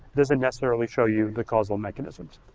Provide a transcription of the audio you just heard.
doesn't necessarily show you the causal mechanisms.